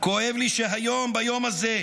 כואב לי שהיום, ביום הזה,